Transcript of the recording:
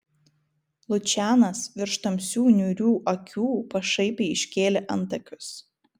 lučianas virš tamsių niūrių akių pašaipiai iškėlė antakius